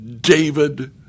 David